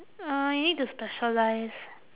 uh you need to specialise